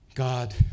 God